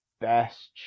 best